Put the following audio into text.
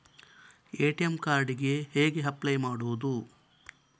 ATM card ಗೆ ಹೇಗೆ apply ಮಾಡುವುದು?